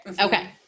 Okay